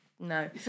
No